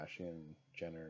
Kardashian-Jenner